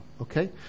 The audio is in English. Okay